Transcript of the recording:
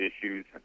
issues